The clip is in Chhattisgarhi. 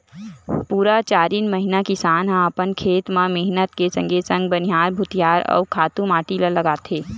पुरा चारिन महिना किसान ह अपन खेत म मेहनत के संगे संग बनिहार भुतिहार अउ खातू माटी ल लगाथे